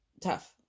tough